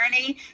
journey